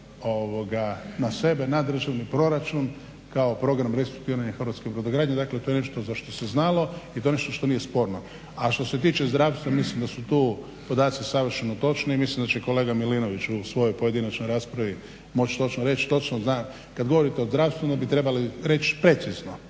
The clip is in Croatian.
na sebe, na državni proračun kao program restrukturiranja hrvatske brodogradnje. Dakle to je nešto za što se znalo i to je nešto što nije sporno. A što se tiče zdravstva mislim da su tu podaci savršeno točni i mislim da će i kolega Milinović u svojoj pojedinačnoj raspravi moći točno reći, točno zna. Kad govorite o zdravstvu onda bi trebali reći precizno,